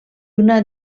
una